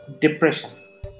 depression